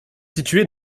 située